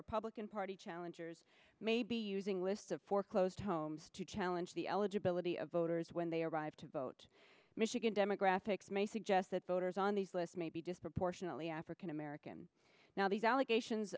republican party challengers may be using list of foreclosed homes to challenge the eligibility of voters when they arrive to vote michigan demographics may suggest that voters on the list may be disproportionately african american now these allegations